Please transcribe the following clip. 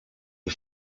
the